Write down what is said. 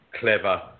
clever